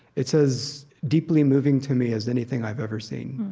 it's as deeply moving to me as anything i've ever seen.